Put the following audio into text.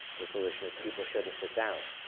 the solution is, people shouldn't sit down.